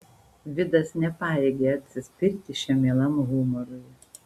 vidas nepajėgė atsispirti šiam mielam humorui